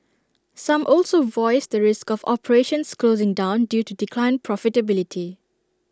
some also voiced the risk of operations closing down due to declined profitability